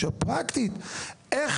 שואל פרקטית איך